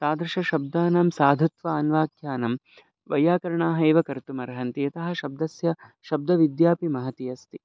तादृशशब्दानां साधुत्व अन्वाख्यानं वैयाकरणाः एव कर्तुम् अर्हन्ति यतः शब्दस्य शब्दविद्यापि महती अस्ति